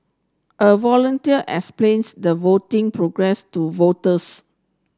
a volunteer explains the voting process to voters